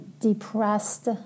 depressed